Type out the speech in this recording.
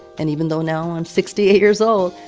and even though now i'm sixty eight years old,